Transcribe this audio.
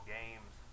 games